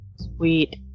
sweet